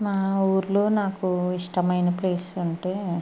మా ఊళ్ళో నాకు ఇష్టమైన ప్లేస్ అంటే